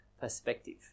perspective